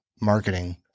marketing